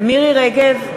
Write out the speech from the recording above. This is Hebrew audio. מירי רגב,